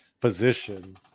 position